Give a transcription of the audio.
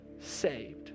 saved